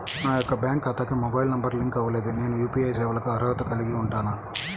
నా యొక్క బ్యాంక్ ఖాతాకి మొబైల్ నంబర్ లింక్ అవ్వలేదు నేను యూ.పీ.ఐ సేవలకు అర్హత కలిగి ఉంటానా?